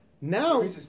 now